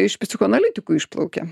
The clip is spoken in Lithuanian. iš psichoanalitikų išplaukia